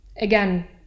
Again